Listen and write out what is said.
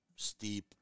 steep